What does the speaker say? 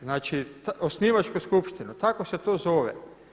Znači osnivačku skupštinu, tako se to zove.